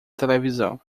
televisão